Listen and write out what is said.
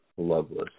loveless